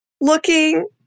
looking